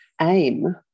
aim